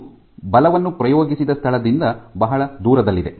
ಇದು ಬಲವನ್ನು ಪ್ರಯೋಗಿಸಿದ ಸ್ಥಳದಿಂದ ಬಹಳ ದೂರದಲ್ಲಿದೆ